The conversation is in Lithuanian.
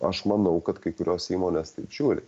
aš manau kad kai kurios įmonės taip žiūri